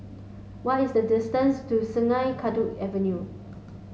what is the distance to Sungei Kadut Avenue